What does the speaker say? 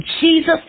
Jesus